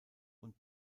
und